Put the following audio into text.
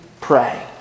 pray